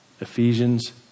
Ephesians